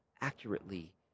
accurately